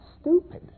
stupid